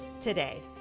today